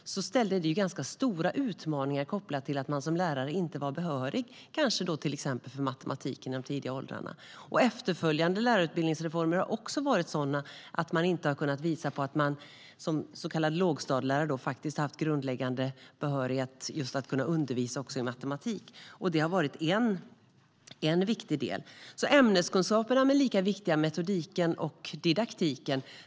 De ställdes inför ganska stora utmaningar kopplat till att de som lärare inte var behöriga för kanske till exempel matematik i de tidiga åldrarna. Efterföljande lärarutbildningsreformer har också varit sådana att man inte har kunnat visa på att så kallade lågstadielärare haft grundläggande behörighet att kunna undervisa just i matematik. Det har varit en viktig del. Ämneskunskaperna är lika viktiga som metodiken och didaktiken.